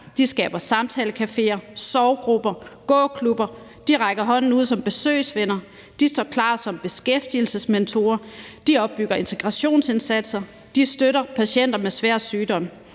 De skaber samtalecaféer, sorggrupper, gåklubber, de rækker hånden ud som besøgsvenner, de står klar som beskæftigelsesmentorer, de opbygger integrationsindsatser, og de støtter patienter med svær sygdom.